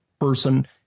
person